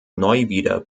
neuwieder